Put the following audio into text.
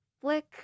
flick